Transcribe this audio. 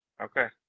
Okay